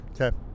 Okay